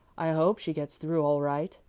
i hope she gets through all right.